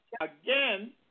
again